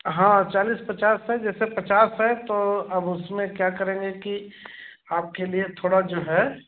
हाँ चालीस पचास है जैसे पचास है तो अब उसमें क्या करेंगे कि आपके लिए थोड़ा जो है